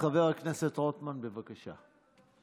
חבר הכנסת רוטמן, בבקשה.